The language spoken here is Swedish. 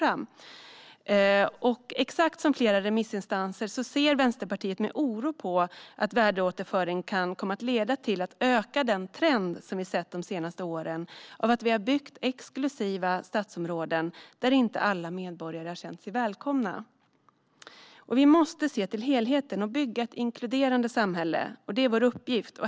Precis som flera remissinstanser ser även Vänsterpartiet med oro på att värdeåterföring kan komma att leda till att öka den trend som vi har sett de senaste åren. Det har byggts exklusiva stadsområden där inte alla medborgare har känt sig välkomna. Vi måste se till helheten och bygga ett inkluderande samhälle. Det är vår uppgift.